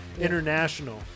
International